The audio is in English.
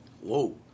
whoa